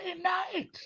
night